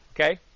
Okay